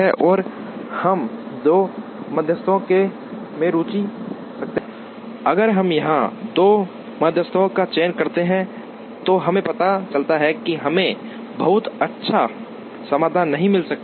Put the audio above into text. और हम दो मध्यस्थों में रुचि रखते हैं अगर हम यहां दो मध्यस्थों का चयन करते हैं तो हमें पता चलता है कि हमें बहुत अच्छा समाधान नहीं मिल सकता है